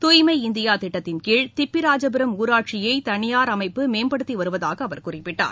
தூய்மை இந்தியா திட்டத்தின்கீழ் திப்பிராஜபுரம் ஊராட்சியை தனியார் அமைப்பு மேம்படுத்தி வருவதாக அவர் குறிப்பிட்டார்